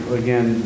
again